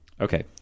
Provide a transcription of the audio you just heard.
Okay